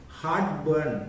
Heartburn